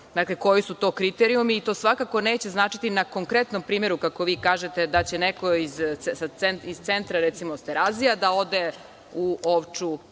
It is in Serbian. koji su to kriterijumi. To svakako neće značiti na konkretnom primeru, kako vi kažete, da će neko iz centra, recimo sa Terazija, da ode u Ovču,